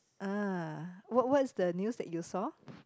!ah! what what's the news that you saw